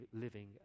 living